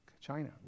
China